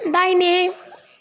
दाहिने